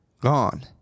gone